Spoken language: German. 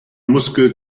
muskel